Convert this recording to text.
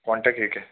contact detail